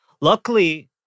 Luckily